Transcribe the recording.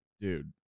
dude